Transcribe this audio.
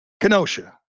Kenosha